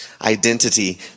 identity